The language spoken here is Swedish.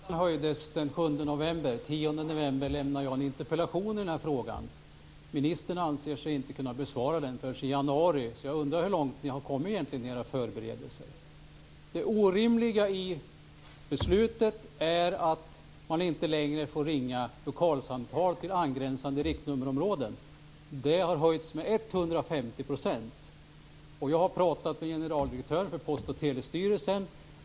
Herr talman! Taxan höjdes den 7 november. Den 10 november väckte jag en interpellation i frågan. Ministern anser sig inte kunna besvara den förrän i januari. Jag undrar hur långt ni har kommit i era förberedelser? Det orimliga i beslutet är att man inte längre får ringa lokalsamtal till angränsande riktnummerområden. Den taxan har höjts med 150 %. Jag har pratat med generaldirektören för Post och telestyrelsen.